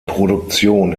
produktion